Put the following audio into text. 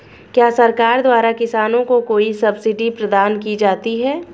क्या सरकार द्वारा किसानों को कोई सब्सिडी प्रदान की जाती है?